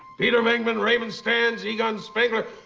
peter venkman, raymond stantz, egon spengler,